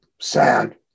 sad